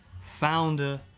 founder